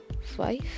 five